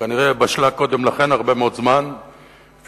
שכנראה בשלה הרבה מאוד זמן קודם לכן,